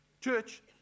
church